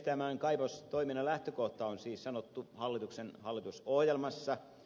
tämän kaivostoiminnan lähtökohta on siis sanottu hallituksen hallitusohjelmassa